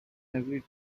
every